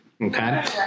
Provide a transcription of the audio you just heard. okay